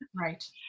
Right